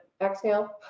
exhale